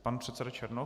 Pan předseda Černoch.